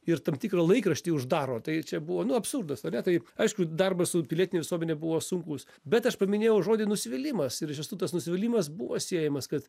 ir tam tikrą laikraštį uždaro tai čia buvo nu absurdas ar ne taip aišku darbas su pilietine visuomene buvo sunkus bet aš paminėjau žodį nusivylimas ir iš tiesų tas nusivylimas buvo siejamas kad